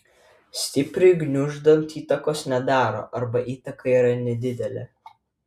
stipriui gniuždant įtakos nedaro arba įtaka yra nedidelė